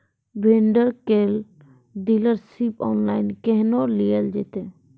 Vendor केर dealership online केहनो लियल जेतै?